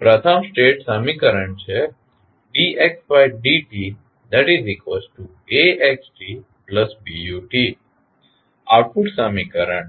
તેથી પ્રથમ સ્ટેટ સમીકરણ છે dxdtAxtBut આઉટપુટ સમીકરણ